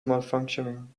malfunctioning